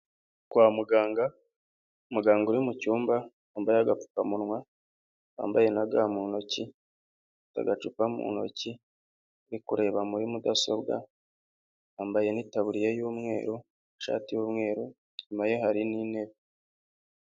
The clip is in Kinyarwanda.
Kwa muganga, muganga uri mu cyumba wambaye agapfukamunywaye , wambaye na ga mu ntoki, ufite agacupa mu ntoki, uri kureba muri mudasobwa yambaye n'itaburiya y' umweru, ishati y' umweru, inyuma ye hari n' intebe.